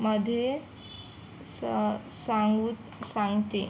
मध्ये स सांगूत सांगते